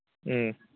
ꯎꯝ